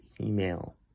email